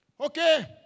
Okay